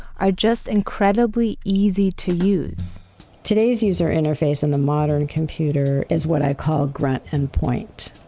are just incredibly easy to use today's user interface in the modern computer is what i call grunt and point.